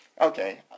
okay